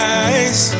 eyes